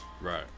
Right